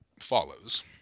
follows